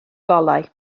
golau